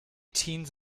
teens